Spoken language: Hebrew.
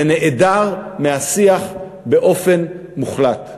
זה נעדר מהשיח באופן מוחלט.